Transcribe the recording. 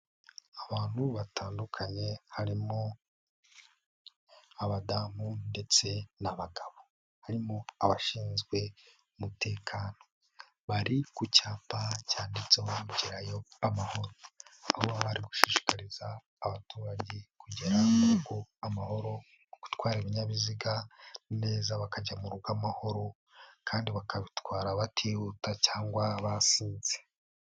Abantu batandukanye harimo abadamu ndetse n'abagabo harimo abashinzwe umutekano, bari ku cyapa cyanditseho ngo Gerayo amahoro, aho bari gushishikariza abaturage kugera mu rugo amahoro, gutwara ibinyabiziga neza bakajya mu rugo amahoro kandi bakabitwara batihuta cyangwa basinze.